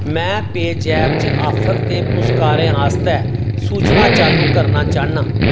में पेज़ेप च आफर ते पुरस्कारें आस्तै सूचनां चालू करना चाह्न्नां